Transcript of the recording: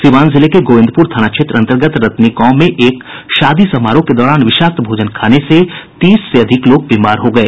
सीवान जिले के गोविंदपुर थाना क्षेत्र अंतर्गत रतनी गांव में एक शादी समारोह के दौरान विषाक्त भोजन खाने से तीस से अधिक लोग बीमार हो गये